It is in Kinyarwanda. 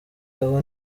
aho